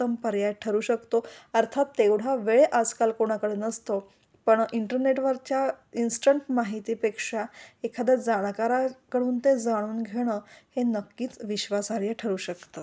उत्तम पर्याय ठरू शकतो अर्थात तेवढा वेळ आजकाल कोणाकडे नसतो पण इंटरनेटवरच्या इंस्टंट माहितीपेक्षा एखाद्या जाणकाराकडून ते जाणून घेणं हे नक्कीच विश्वासार्ह ठरू शकतं